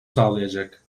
sağlayacak